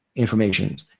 information.